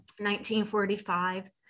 1945